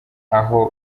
aho